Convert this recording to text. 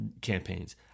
campaigns